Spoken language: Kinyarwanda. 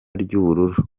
ry’ubururu